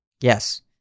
yes